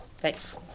thanks